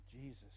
Jesus